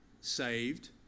saved